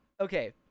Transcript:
okay